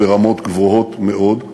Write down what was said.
ברמות גבוהות מאוד,